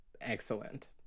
excellent